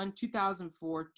2004